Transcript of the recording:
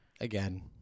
again